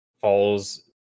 falls